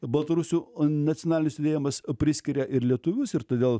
baltarusių nacionalinis susivienijimas priskiria ir lietuvius ir todėl